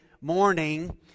morning